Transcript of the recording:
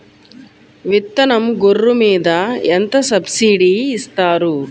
విత్తనం గొర్రు మీద ఎంత సబ్సిడీ ఇస్తారు?